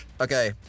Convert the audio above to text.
Okay